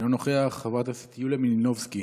אינו נוכח, חברת הכנסת יוליה מלינובסקי,